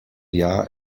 jahr